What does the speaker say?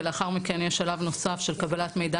אבל לאחר מכן יש שלב נוסף של קבלת מידע